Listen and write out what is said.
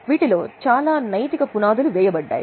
వీటిలో చాలా నైతిక పునాదులు వేయబడ్డాయి